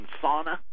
sauna